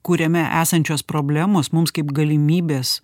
kuriame esančios problemos mums kaip galimybės